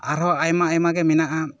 ᱟᱨ ᱦᱚᱸ ᱟᱭᱢᱟ ᱟᱭᱢᱟ ᱜᱮ ᱢᱮᱱᱟᱜᱼᱟ